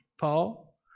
Paul